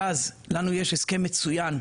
לנו יש הסכם מצוין,